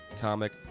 comic